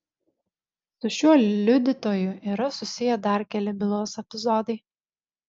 su šiuo liudytoju yra susiję dar keli bylos epizodai